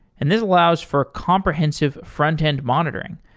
and this allows for comprehensive frontend monitoring,